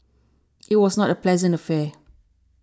it was not a pleasant affair